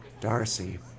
Darcy